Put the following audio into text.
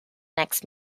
next